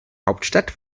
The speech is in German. hauptstadt